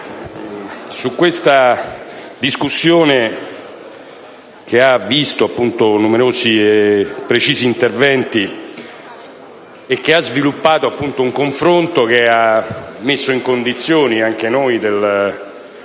in questa discussione, che ha visto numerosi e precisi interventi, si è sviluppato un confronto che ha messo in condizioni anche noi, del